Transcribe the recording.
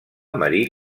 marí